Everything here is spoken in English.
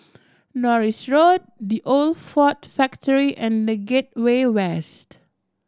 Norris Road The Old Ford Factory and The Gateway West